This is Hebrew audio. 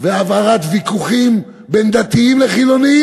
והבערת ויכוחים בין דתיים לחילונים